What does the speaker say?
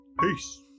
Peace